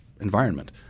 environment